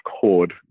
cord